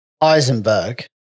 Eisenberg